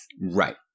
Right